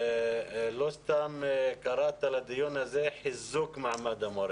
לא סתם קראת לדיון הזה חיזוק מעמד המורה.